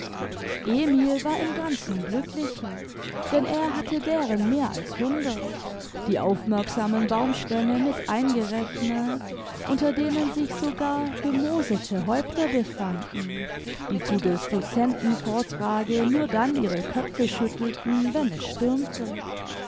emil war im ganzen glücklicher denn er hatte deren mehr als hundert die aufmerksamen baumstämme mit eingerechnet unter denen sich sogar bemoosete häupter befanden die zu des docenten vortrage nur dann ihre köpfe schüttelten wenn es stürmte